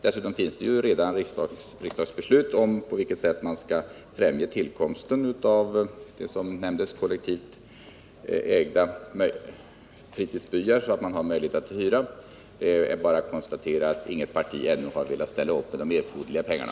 Dessutom finns det riksdagsbeslut om på vilket sätt man skall främja tillkomsten av, som det nämndes, kollektivt ägda fritidsbyar, så att man har möjlighet att hyra. Det är dock bara att konstatera att inget parti ännu har velat ställa upp med de erforderliga pengarna.